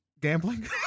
gambling